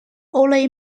only